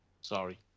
Sorry